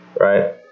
right